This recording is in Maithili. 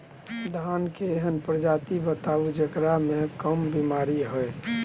धान के एहन प्रजाति बताबू जेकरा मे कम बीमारी हैय?